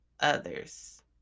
others